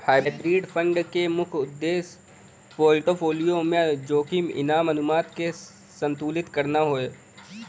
hybrid fund क मुख्य उद्देश्य पोर्टफोलियो में जोखिम इनाम अनुपात के संतुलित करना हौ